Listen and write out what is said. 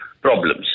problems